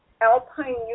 Alpine